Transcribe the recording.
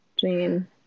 Jane